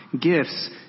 gifts